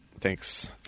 Thanks